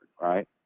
right